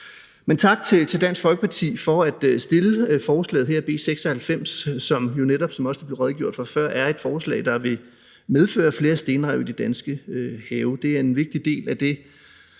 Men tak til Dansk Folkeparti for at fremsætte forslaget, B 96, som jo netop, som der også blev redegjort for før, er et forslag, der vil medføre flere stenrev i de danske have. Det er en vigtig del af det,